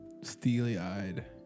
steely-eyed